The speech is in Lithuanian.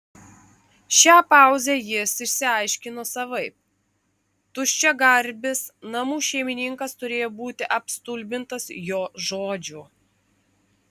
šią pauzę jis išsiaiškino savaip tuščiagarbis namų šeimininkas turėjo būti apstulbintas jo žodžių